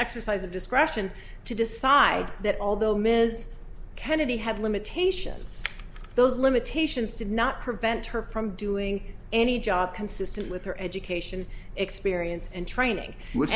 exercise of discretion to decide that although ms kennedy had limitations those limitations did not prevent her from doing any john consistent with her education experience and training w